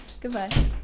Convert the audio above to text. Goodbye